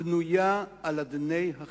רק מגדיל את הפערים במקום שייהפך להיות